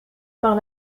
par